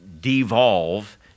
devolve